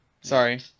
Sorry